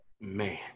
man